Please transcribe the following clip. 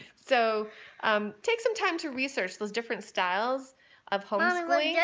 so um take some time to research those different styles of homeschooling, but yeah